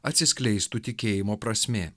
atsiskleistų tikėjimo prasmė